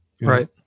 Right